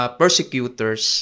persecutors